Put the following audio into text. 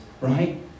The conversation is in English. right